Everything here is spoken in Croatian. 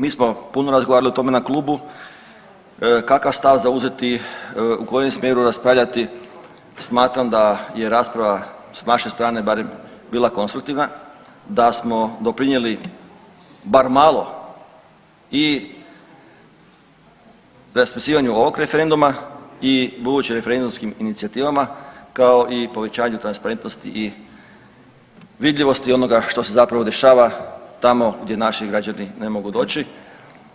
Mi smo puno razgovarali o tome na klubu kakav stav zauzeti, u kojem smjeru raspravljati, smatram da je rasprava s naše strane barem bila konstruktivna, da smo doprinjeli bar malo i raspisivanju ovog referenduma i budućim referendumskim inicijativama, kao i povećanju transparentnosti i vidljivosti onoga što se zapravo dešava tamo gdje naši građani ne mogu doći